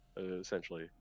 essentially